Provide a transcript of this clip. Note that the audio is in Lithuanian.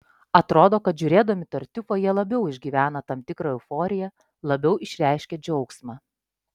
atrodo kad žiūrėdami tartiufą jie labiau išgyvena tam tikrą euforiją labiau išreiškia džiaugsmą